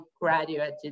graduated